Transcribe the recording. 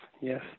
Yes